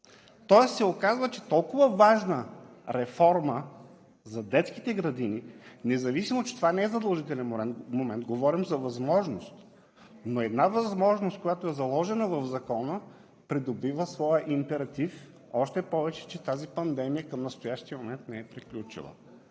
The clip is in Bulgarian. Тоест оказва се, че толкова важна реформа за детските градини, независимо че това не е задължителен момент, говорим за възможност, но една възможност, която е заложена в Закона, придобива своя императив, още повече че тази пандемия към настоящия момент не е приключила.